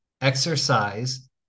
exercise